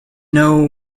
know